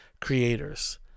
creators